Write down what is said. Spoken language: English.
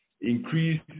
increase